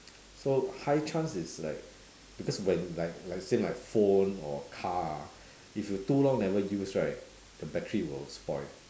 so high chance is like because when like like same like phone or car ah if you too long never use right the battery will spoil